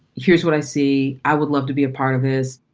here's what i see. i would love to be a part of this.